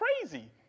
crazy